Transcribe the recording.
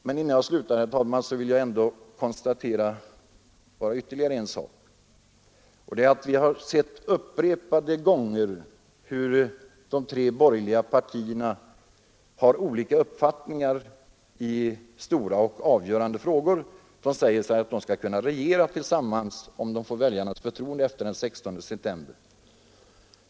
Men innan jag slutar, herr talman, vill jag ändå konstatera ytterligare en sak, nämligen att vi upprepade gånger har sett hur de tre borgerliga partierna har olika uppfattningar i stora och avgörande frågor. De säger att de skall kunna regera tillsammans om de får väljarnas förtroende efter den 16 september.